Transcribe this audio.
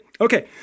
Okay